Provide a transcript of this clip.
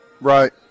Right